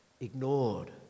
ignored